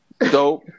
dope